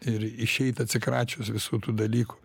ir išeit atsikračius visų tų dalykų